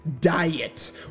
diet